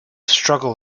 struggle